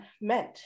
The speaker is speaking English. meant